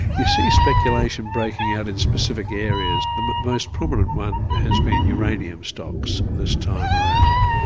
you so you speculation breaking out in specific areas. the most prominent one has been uranium stocks this time around.